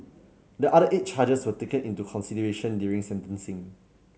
the other eight charges were taken into consideration during sentencing